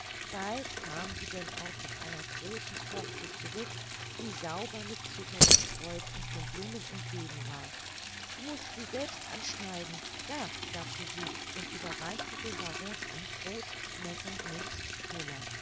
bald kam sie denn auch mit einer großen torte zurück die sauber mit zucker bestreut und von blumen umgeben war du mußt sie selbst anschneiden da sagte sie und überreichte dem baron ein großes messer nebst teller